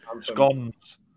Scones